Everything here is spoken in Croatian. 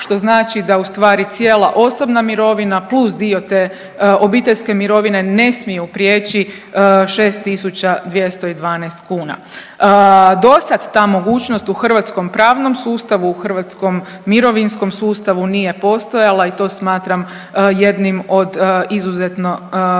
što znači da ustvari cijela osobna mirovina plus dio te obiteljske mirovine ne smiju prijeći 6.212 kuna. Dosad ta mogućnost u hrvatskom pravnom sustavu i u hrvatskom mirovinskom sustavu nije postojala i to smatram jednim od izuzetno vrijednih